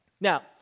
Now